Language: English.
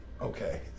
okay